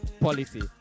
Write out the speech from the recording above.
policy